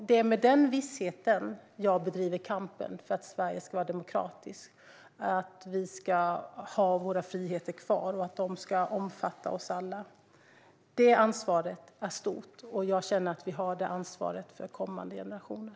Det är med den vissheten jag bedriver kampen för att Sverige ska vara demokratiskt, för att vi ska ha våra friheter kvar och för att de ska omfatta oss alla. Det ansvaret är stort. Och jag känner att vi har det ansvaret för kommande generationer.